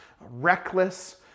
reckless